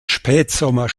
spätsommer